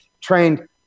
trained